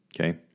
Okay